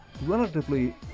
relatively